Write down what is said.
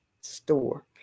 store